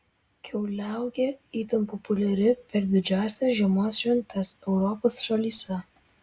kiauliauogė itin populiari per didžiąsias žiemos šventes europos šalyse